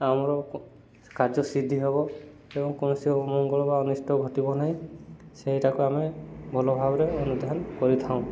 ଆମର କାର୍ଯ୍ୟ ସିଦ୍ଧି ହବ ଏବଂ କୌଣସି ଅମଙ୍ଗଳ ବା ଅନିଷ୍ଠ ଘଟିବ ନାହିଁ ସେଇଟାକୁ ଆମେ ଭଲ ଭାବରେ ଅନୁଧ୍ୟାନ କରିଥାଉଁ